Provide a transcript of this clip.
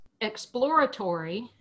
exploratory